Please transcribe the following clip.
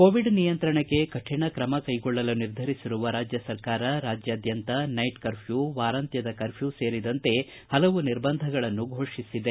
Covid ನಿಯಂತ್ರಣಕ್ಕೆ ಕಠಣ ಕ್ರಮ ಕೈಗೊಳ್ಳಲು ನಿರ್ಧರಿಸಿರುವ ಸರ್ಕಾರ ರಾಜ್ಯಾದ್ಯಂತ ನೈಟ್ ಕರ್ಫ್ಯೂ ವಾರಾಂತ್ಯದ ಕರ್ಫ್ಯೂ ಸೇರಿದಂತೆ ಹಲವು ನಿರ್ಬಂಧಗಳನ್ನು ಘೋಷಿಸಿದೆ